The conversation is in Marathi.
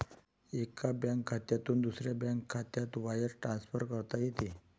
एका बँक खात्यातून दुसऱ्या बँक खात्यात वायर ट्रान्सफर करता येते